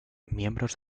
miembros